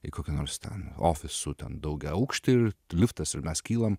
į kokių nors ten ofisų ten daugiaaukštį ir liftas ir mes kylam